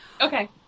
Okay